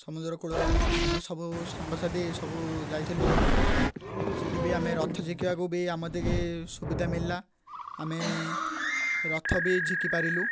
ସମୁଦ୍ରକୂଳରେ ବି ଆମ ସବୁ ସାଙ୍ଗସାଥି ସବୁ ଯାଇଥିଲୁ ସେଠି ବି ଆମେ ରଥ ଝିକିବାକୁ ବି ଆମ ଟିକେ ସୁବିଧା ମିଳିଲା ଆମେ ରଥ ବି ଝିକି ପାରିଲୁ